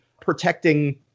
protecting